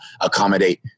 accommodate